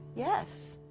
yes.